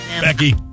becky